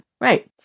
right